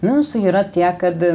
mūsų yra tiek kad